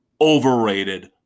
overrated